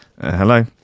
Hello